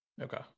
okay